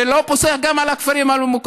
ואני לא פוסח גם על הכפרים המוכרים,